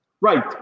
Right